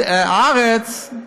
הארץ,